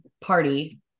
party